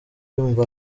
yumva